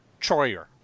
Troyer